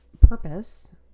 purpose